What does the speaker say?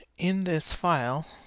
in this file,